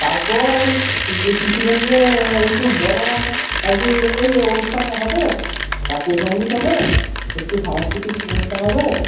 তারপর ওই শিশুদের নিয়ে একটু বরণ আর একটু ওই অনুষ্ঠান হবে জাতীয় সঙ্গীত হবে একটু সাংস্কৃতিক অনুষ্ঠান হবে